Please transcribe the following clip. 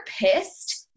pissed